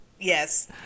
Yes